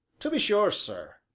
to be sure, sir,